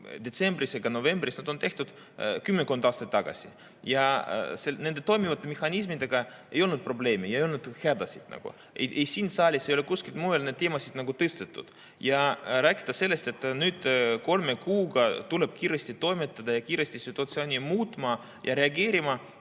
detsembris ega novembris, need on tehtud kümmekond aastat tagasi. Nende toimivate mehhanismidega ei olnud probleeme ja ei olnud hädasid. Ei siin saalis ega kuskil mujal ei ole neid teemasid tõstetud. Rääkida sellest, et nüüd kolme kuuga tuleb kiiresti toimetada ja kiiresti situatsiooni muuta ja reageerida